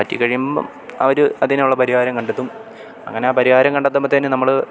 പറ്റി കഴിയുമ്പം അവർ അതിനുള്ള പരിഹാരം കണ്ടെത്തും അങ്ങനെ ആ പരിഹാരം കണ്ടെത്തുമ്പത്തെന് നമ്മൾ